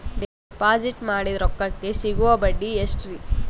Deposit ಮಾಡಿದ ರೊಕ್ಕಕೆ ಸಿಗುವ ಬಡ್ಡಿ ಎಷ್ಟ್ರೀ?